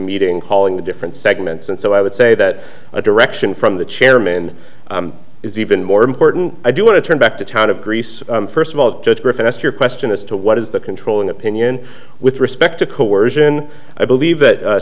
meeting calling the different segments and so i would say that a direction from the chairman is even more important i do want to turn back to town of greece first of all judge griffin ask your question as to what is the controlling opinion with respect to coersion i believe that